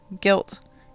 Guilt